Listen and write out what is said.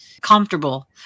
comfortable